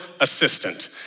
assistant